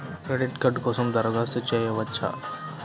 Credit card కోసం దరఖాస్తు చేయవచ్చా?